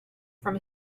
from